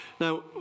Now